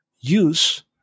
use